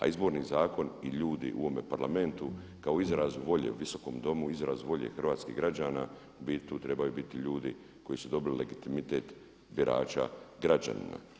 A Izborni zakon i ljudi u ovome Parlamentu kao izraz volje visokom domu, izraz volje hrvatskih građana tu trebaju biti ljudi koji su dobili legitimitet birača građanima.